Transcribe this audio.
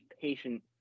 patient